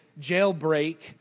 Jailbreak